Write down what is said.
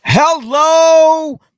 Hello